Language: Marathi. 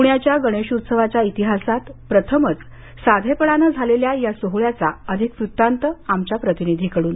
प्ण्याच्या गणेश उत्सवाच्या इतिहासात प्रथमच साधेपणानं झालेल्या या सोहळ्याचा अधिक वृत्तांत आमच्या प्रतिनिधीकडून